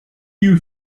you